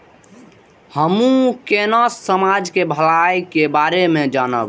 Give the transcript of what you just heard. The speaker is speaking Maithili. हमू केना समाज के भलाई के बारे में जानब?